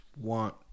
want